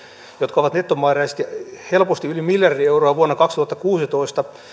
jotka ovat nettomääräisesti helposti yli miljardi euroa vuonna kaksituhattakuusitoista